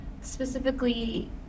specifically